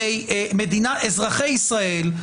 הרי אזרחי ישראל,